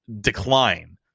decline